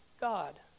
God